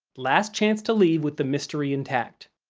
last chance to leave with the mystery intact.